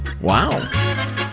wow